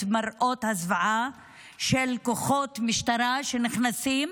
מראות הזוועה של כוחות משטרה שנכנסים,